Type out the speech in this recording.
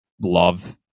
love